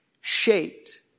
shaped